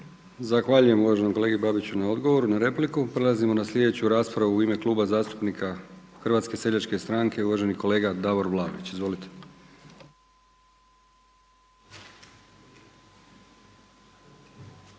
Zahvaljujem uvaženom kolegi Babiću na odgovoru na repliku. Prelazimo na sljedeću raspravu u ime Kluba zastupnika HSS-a, uvaženi kolega Davor Vlaović. Izvolite.